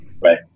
right